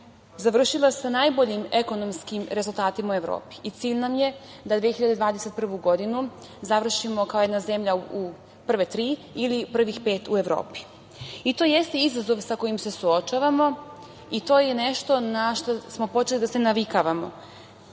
završila sa najboljim ekonomskim rezultatima u Evropi i cilj nam je da 2021. godinu završimo kao jedna zemlja u prve tri ili prvih pet u Evropi. I to jeste izazov sa kojim se suočavamo i to je nešto na šta smo počeli da se navikavamo. Nama